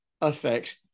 affects